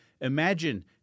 Imagine